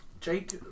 Jake